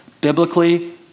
Biblically